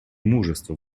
мужество